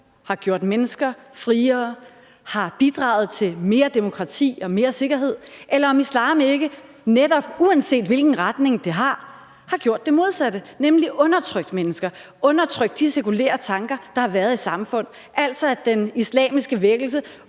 har gjort mennesker friere, har bidraget til mere demokrati og mere sikkerhed, eller om islam ikke netop, uanset hvilken retning der er tale om, har gjort det modsatte, nemlig undertrykt mennesker, undertrykt de sekulære tanker, der har været i et samfund, altså at den islamiske vækkelse,